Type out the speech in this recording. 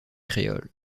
créole